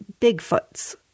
Bigfoots